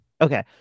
Okay